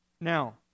Now